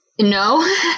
No